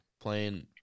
playing –